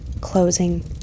closing